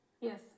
Yes